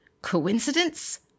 Coincidence